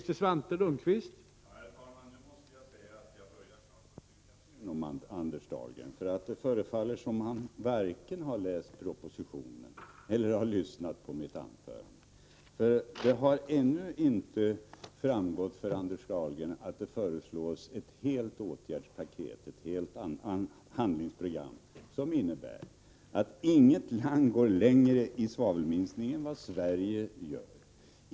Herr talman! Nu börjar jag tycka synd om Anders Dahlgren. Det förefaller nämligen som om han varken har läst propositionen eller lyssnat på mitt anförande. Det tycks ännu inte ha framgått för Anders Dahlgren att det föreslås ett helt åtgärdspaket, ett helt handlingsprogram, som innebär att inget land går längre i minskning av svavelutsläppen än vad Sverige gör.